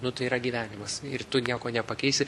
nu tai yra gyvenimas ir tu nieko nepakeisi